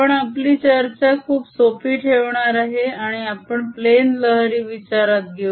आपण आपली चर्चा खूप सोपी ठेवणार आहे आणि आपण प्लेन लहरी विचारात घेऊ